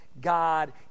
God